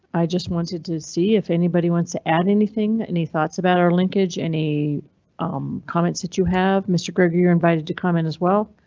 i just wanted to see if anybody wants to add anything. any thoughts about our linkage? any um comments that you have mr gregory? you're invited to comment as well,